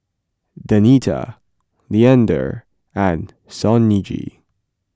Danita Leander and Sonji